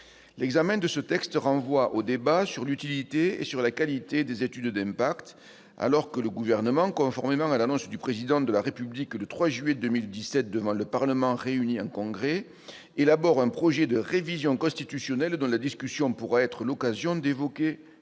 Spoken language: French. L'examen de ce texte renvoie au débat sur l'utilité et sur la qualité des études d'impact, alors que le Gouvernement, conformément à l'annonce faite le 3 juillet 2017 par le Président de la République devant le Parlement réuni en Congrès, élabore un projet de révision constitutionnelle dont la discussion pourra précisément être l'occasion d'évoquer